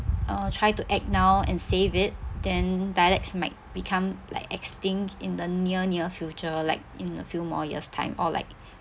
uh try to act now and save it then dialects might become like extinct in the near near future like in a few more years time or like